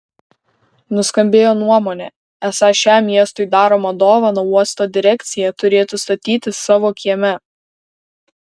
nuskambėjo nuomonė esą šią miestui daromą dovaną uosto direkcija turėtų statytis savo kieme